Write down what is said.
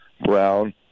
brown